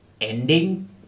ending